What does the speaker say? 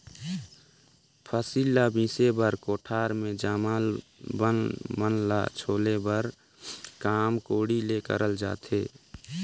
फसिल ल मिसे बर कोठार मे जामल बन मन ल छोले कर काम कोड़ी ले करल जाथे